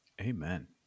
Amen